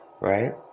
Right